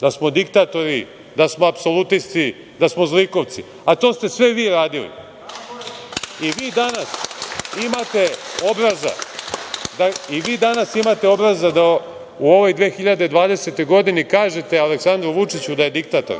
da smo diktatori, da smo apsolutisti, da smo zlikovci?A to ste sve vi radili i vi danas imate obraza da u ovoj 2020. godini kažete Aleksandru Vučiću da je diktator,